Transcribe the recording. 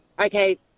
Okay